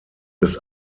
des